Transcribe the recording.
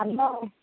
hello